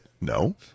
no